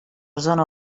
zona